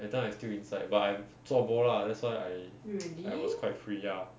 that time I still inside but I'm zuo bo lah that's why I I was quite free ah